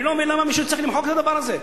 אני לא מבין למה מישהו צריך למחוק את הדבר הזה.